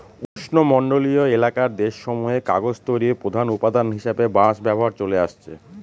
উষ্ণমন্ডলীয় এলাকার দেশসমূহে কাগজ তৈরির প্রধান উপাদান হিসাবে বাঁশ ব্যবহার চলে আসছে